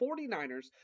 49ers